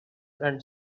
and